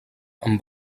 amb